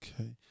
Okay